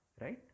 right